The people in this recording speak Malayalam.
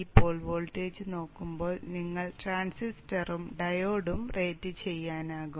ഈ പോൾ വോൾട്ടേജ് നോക്കുമ്പോൾ നിങ്ങൾക്ക് ട്രാൻസിസ്റ്ററും ഡയോഡും റേറ്റുചെയ്യാനാകും